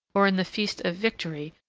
or in the feast of victory,